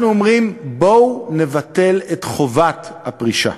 אנחנו אומרים, בואו נבטל את חובת הפרישה.